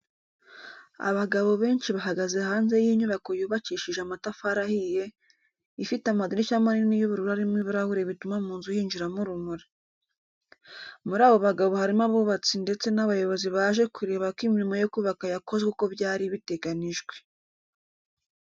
Abagabo benshi bahagaze hanze y'inyubako yubakishije amatafari ahiye, ifite amadirishya manini y'ubururu arimo ibirahure bituma mu nzu hinjiramo urumuri. Muri abo bagabo harimo abubatsi ndetse n'abayobozi baje kureba ko imirimo yo kubaka yakozwe uko byari biteganyijwe.